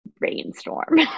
rainstorm